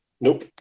Nope